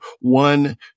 one